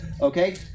Okay